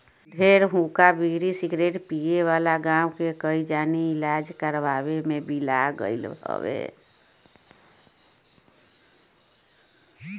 ढेर हुक्का, बीड़ी, सिगरेट पिए वाला गांव के कई जानी इलाज करवइला में बिला गईल लोग